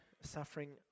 suffering